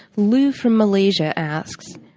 leuf from malaysia asks